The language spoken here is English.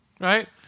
right